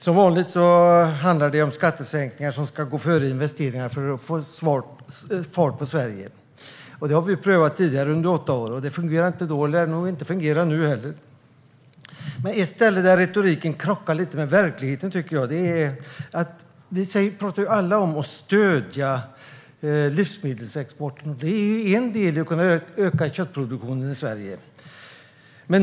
Som vanligt handlar det om att skattesänkningar ska gå före investeringar i att få fart på Sverige. Detta prövades tidigare under åtta år. Det fungerade inte då, och det lär nog inte fungera nu heller. Men ett ställe där retoriken krockar lite med verkligheten, tycker jag, är stödet till livsmedelsexporten. Det är något som vi alla pratar om att stödja. Det är en del i att kunna öka köttproduktionen i Sverige.